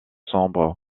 sombres